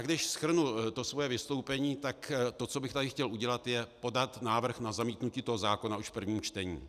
Když shrnu své vystoupení, tak to, co bych tady chtěl udělat, je podat návrh na zamítnutí zákona už v prvním čtení.